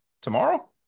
Tomorrow